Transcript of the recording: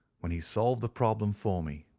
when he solved the problem for me.